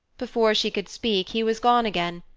before she could speak, he was gone again,